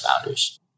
founders